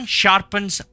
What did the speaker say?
sharpens